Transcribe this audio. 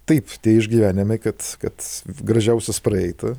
taip tie išgyvenimai kad kad gražiausias praeita